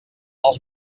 els